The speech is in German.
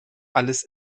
alles